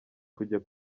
kujya